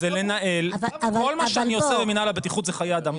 אז כל הרעיון כל מה שאני עושה במנהל הבטיחות זה חיי אדם.